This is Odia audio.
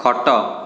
ଖଟ